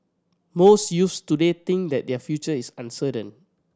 most youths today think that their future is uncertain